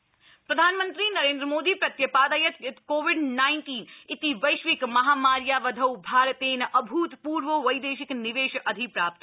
PM IIT summit प्रधानमन्त्री नरेन्द्रमोदी प्रत्य ादयत् यत् कोविड नाइन्टीन इति वैश्विक महामार्यावधौ भारतेन अभूतपुर्वो वैदेशिक निवेश अधिप्राप्त